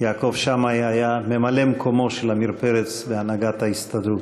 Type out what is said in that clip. יעקב שמאי היה ממלא-מקומו של עמיר פרץ בהנהגת ההסתדרות.